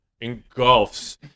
engulfs